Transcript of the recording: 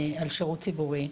על שירות ציבורי.